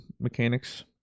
mechanics